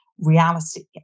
reality